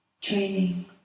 training